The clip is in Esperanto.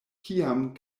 kiam